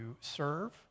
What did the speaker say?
serve